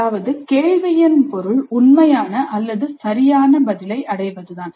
அதாவது கேள்வியின் பொருள் உண்மையான அல்லது சரியான பதிலை அடைவதுதான்